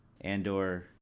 Andor